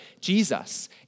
Jesus